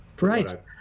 Right